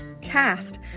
cast